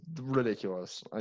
ridiculous